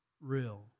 real